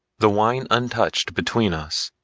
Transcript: the wine untouched between us,